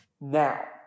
Now